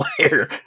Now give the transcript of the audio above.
player